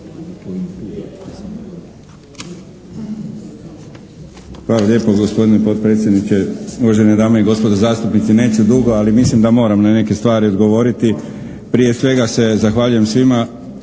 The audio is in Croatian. Hvala lijepo gospodine potpredsjedniče. Uvažene dame i gospodo zastupnici, neću dugo, ali mislim da moram na neke stvari odgovoriti. Prije svega se zahvaljujem svima